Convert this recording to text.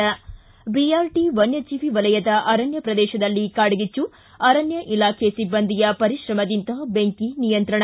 ಿ ಬಿಆರ್ಟಿ ವನ್ನಜೀವಿ ವಲಯದ ಅರಣ್ಯ ಪ್ರದೇಶದಲ್ಲಿ ಕಾಡ್ಗಿಚ್ಚು ಅರಣ್ಯ ಇಲಾಖೆ ಸಿಬ್ಬಂದಿಯ ಪರಿಶ್ರಮದಿಂದ ಬೆಂಕಿ ನಿಯಂತ್ರಣ